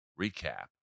recap